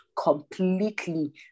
completely